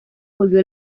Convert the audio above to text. volvió